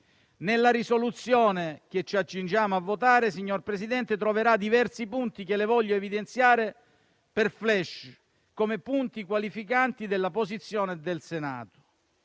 Nella risoluzione che ci accingiamo a votare, signor Presidente, troverà diversi punti che le voglio evidenziare, con dei *flash*, come punti qualificanti della posizione del Senato.